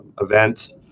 event